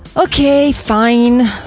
okay, fine!